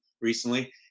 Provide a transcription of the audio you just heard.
recently